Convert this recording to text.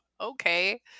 okay